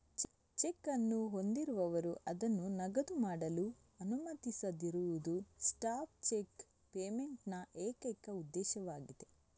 check ಅನ್ನು ಹೊಂದಿರುವವರು ಅದನ್ನು ನಗದು ಮಾಡಲು ಅನುಮತಿಸದಿರುವುದು ಸ್ಟಾಪ್ ಚೆಕ್ ಪೇಮೆಂಟ್ ನ ಏಕೈಕ ಉದ್ದೇಶವಾಗಿದೆ